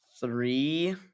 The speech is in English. three